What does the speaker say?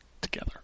together